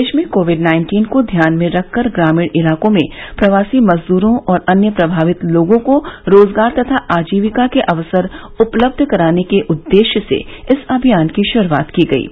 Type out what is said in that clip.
देश में Covid nineteen को ध्यान में रख कर ग्रामीण इलाकों में प्रवासी मजद्रों और अन्य प्रभावित लोगों को रोजगार तथा आजीविका के अवसर उपलब्ध कराने के उद्देश्य से इस अभियान की शुरुआत की गई है